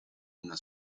una